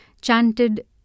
chanted